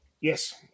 Yes